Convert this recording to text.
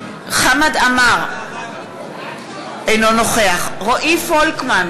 חמד עמאר, אינו נוכח רועי פולקמן,